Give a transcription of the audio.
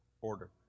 order